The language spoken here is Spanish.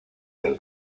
del